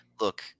Look